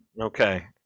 Okay